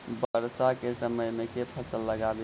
वर्षा केँ समय मे केँ फसल लगाबी?